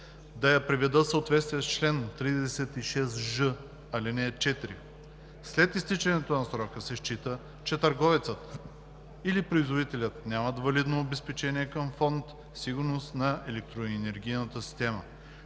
да я приведат в съответствие с чл. 36ж, ал. 4. След изтичането на срока се счита, че търговецът или производителят нямат валидно обезпечение към фонд „Сигурност на електроенергийната система“,